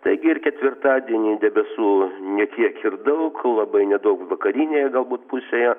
taigi ir ketvirtadienį debesų ne tiek ir daug labai nedaug vakarinėje galbūt pusėje